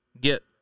get